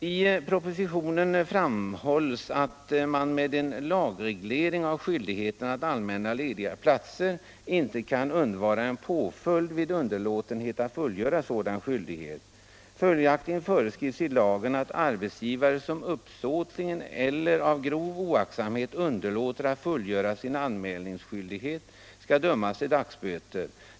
I propositionen framhålls att man med en lagreglering av skyldigheten att anmäla lediga platser inte kan undvara en påföljd vid underlåtenhet att fullgöra sådan skyldighet. Följaktligen föreskrivs i lagen att arbetsgivare som uppsåtligen eller av grov oaktsamhet underlåter att fullgöra sin anmälningsskyldighet skall dömas till dagsböter.